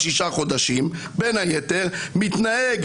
למשלחות מחו"ל שהם גם מטפלים בהר הבית וגם בהטרדות מיניות.